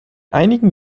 einigen